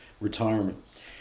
retirement